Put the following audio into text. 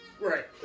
Right